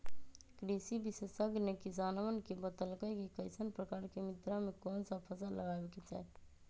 कृषि विशेषज्ञ ने किसानवन के बतल कई कि कईसन प्रकार के मृदा में कौन सा फसल लगावे के चाहि